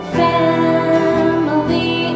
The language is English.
family